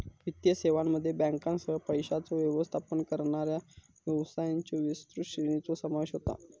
वित्तीय सेवांमध्ये बँकांसह, पैशांचो व्यवस्थापन करणाऱ्या व्यवसायांच्यो विस्तृत श्रेणीचो समावेश होता